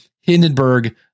Hindenburg